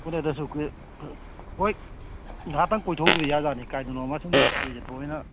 ꯎꯟꯅꯗꯁꯨ ꯀꯨꯏꯔꯦ ꯍꯣꯏ ꯉꯥꯏꯍꯥꯛꯇꯪ ꯀꯣꯏꯊꯣꯛꯎꯕ ꯌꯥꯕꯖꯥꯠꯅꯤ ꯀꯥꯏꯗꯅꯣꯃ ꯁꯨꯝ ꯀꯣꯏꯆꯠꯄ ꯑꯣꯏꯅ